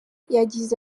yagize